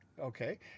Okay